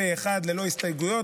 פה אחד ללא הסתייגויות.